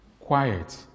Quiet